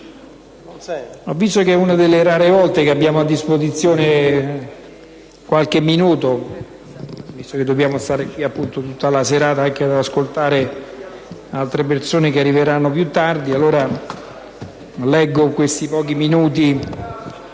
poiché è una delle rare volte in cui abbiamo a disposizione qualche minuto, visto che dobbiamo stare qui tutta la serata anche ad ascoltare altre persone che arriveranno più tardi, vorrei leggere in questi pochi minuti